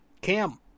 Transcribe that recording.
Cam